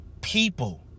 people